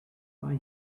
why